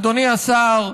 אדוני השר,